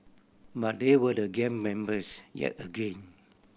but there were the gang members yet again